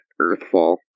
earthfall